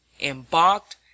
embarked